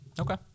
okay